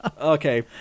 okay